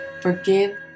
forgive